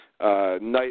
night